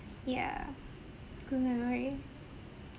yeah good memory